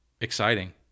exciting